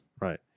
Right